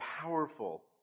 powerful